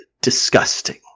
disgusting